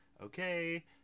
okay